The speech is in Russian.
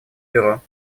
бюро